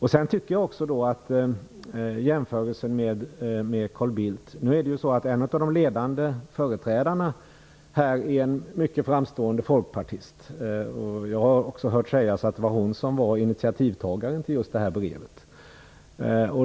Jag tycker ändå att man kan göra en jämförelse med Carl Bildt. En av de ledande företrädarna i rådet är en mycket framstående folkpartist. Jag har också hört sägas att det var hon som var initiativtagaren till brevet.